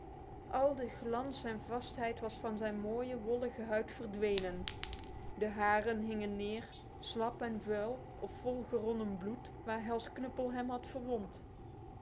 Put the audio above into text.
al de glans en vastheid was van zijn mooie wollige huid verdwenen de haren hingen neer slap en vuil of vol geronnen bloed waar hal's knuppel hem had gewond